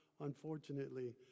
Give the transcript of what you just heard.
unfortunately